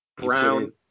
Brown